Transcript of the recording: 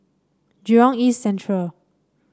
Jurong East Central